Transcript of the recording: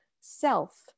self